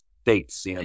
states